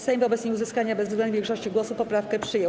Sejm wobec nieuzyskania bezwzględnej większości głosów poprawkę przyjął.